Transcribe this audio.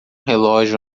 relógio